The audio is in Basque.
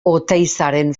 oteizaren